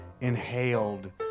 inhaled